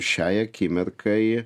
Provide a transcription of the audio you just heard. šiai akimirkai